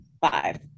five